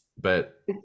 but-